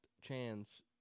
chance